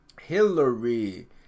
Hillary